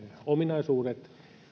ominaisuudet